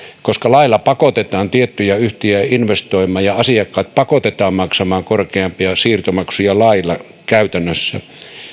koska lailla pakotetaan tiettyjä yhtiöitä investoimaan ja asiakkaat pakotetaan maksamaan korkeampia siirtomaksuja lailla käytännössä